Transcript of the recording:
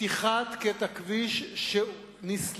פתיחת קטע כביש שנסלל,